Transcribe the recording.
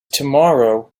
tomorrow